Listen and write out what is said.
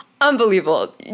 Unbelievable